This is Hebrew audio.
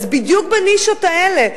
אז בדיוק בנישות האלה,